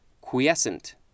quiescent